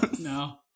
No